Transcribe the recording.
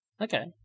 Okay